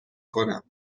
کنم